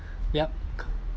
yup